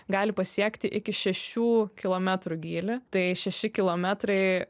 gali pasiekti iki šešių kilometrų gylį tai šeši kilometrai